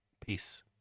peace